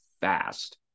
fast